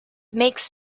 makes